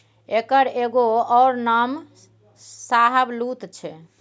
एकर एगो अउर नाम शाहबलुत छै